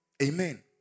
Amen